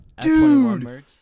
Dude